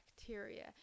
bacteria